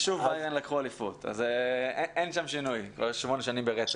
שוב ביירן לקחו אליפות אז אין שם שינוי 8 שנים ברצף.